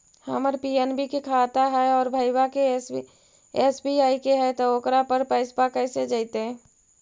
हमर पी.एन.बी के खाता है और भईवा के एस.बी.आई के है त ओकर पर पैसबा कैसे जइतै?